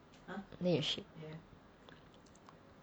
then you ship